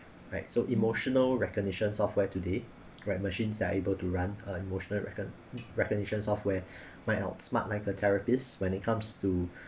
right so emotional recognition software today right machines that are able to run a emotional recogn~ recognition software might outsmart like a therapists when it comes to